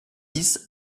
dix